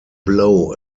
blow